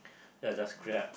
then I just grab